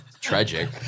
tragic